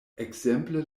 ekzemple